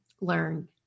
learn